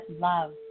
love